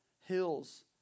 Hills